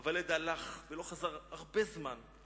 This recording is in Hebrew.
אבל הילד הלך ולא חזר הרבה זמן ...